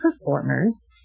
performers